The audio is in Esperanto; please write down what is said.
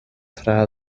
tra